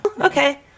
Okay